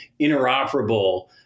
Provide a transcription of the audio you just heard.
interoperable